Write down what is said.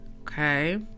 Okay